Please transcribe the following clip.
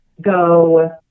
go